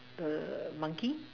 the monkey